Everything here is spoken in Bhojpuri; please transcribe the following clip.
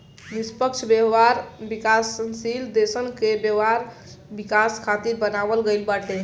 निष्पक्ष व्यापार विकासशील देसन के व्यापार विकास खातिर बनावल गईल बाटे